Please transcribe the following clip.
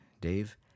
Dave